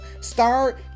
start